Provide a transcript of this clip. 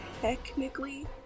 technically